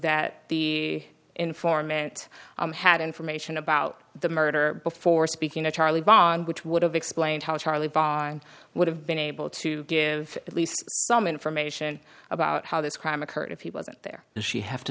that the informant had information about the murder before speaking to charlie bond which would have explained how charlie bond would have been able to give at least some information about how this crime occurred if he wasn't there and she have to